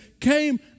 came